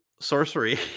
Sorcery